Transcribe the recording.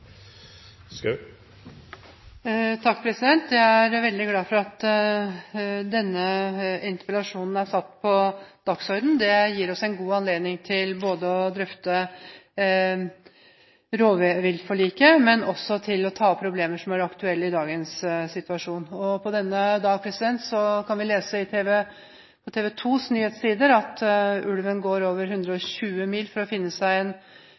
veldig glad for at denne interpellasjonen er satt på dagsordenen. Det gir oss en god anledning både til å drøfte rovviltforliket og til å ta opp problemer som er aktuelle i dagens situasjon. På denne dag kan vi lese på TV 2s nyhetssider at ulven går over 120 mil for å finne seg en